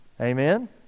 Amen